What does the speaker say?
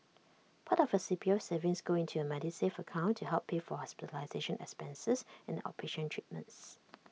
part of your C P U savings go into your Medisave account to help pay for hospitalization expenses and outpatient treatments